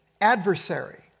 adversary